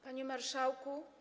Panie Marszałku!